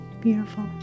Beautiful